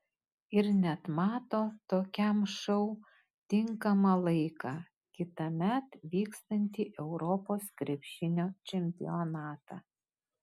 ir net mato tokiam šou tinkamą laiką kitąmet vyksiantį europos krepšinio čempionatą